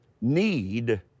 need